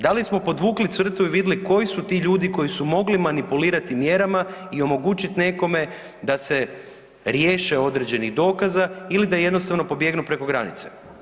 Da li smo podvukli crtu i vidli koji su ti ljudi koji su mogli manipulirati mjerama i omogućiti nekome da se riješe određenih dokaza ili da jednostavno pobjegnu preko granice?